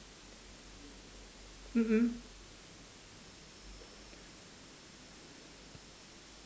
mm mm